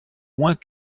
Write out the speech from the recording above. moins